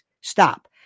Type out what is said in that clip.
Stop